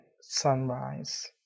sunrise